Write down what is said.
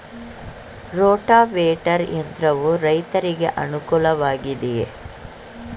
Rotavator ಯಂತ್ರವು ರೈತರಿಗೆ ಅನುಕೂಲ ವಾಗಿದೆಯೇ?